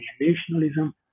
nationalism